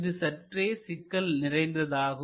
இது சற்றே சிக்கல் நிறைந்ததாகும்